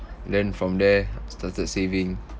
then from there I started saving